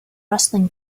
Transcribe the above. rustling